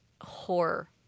horror